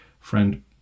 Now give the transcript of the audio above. friend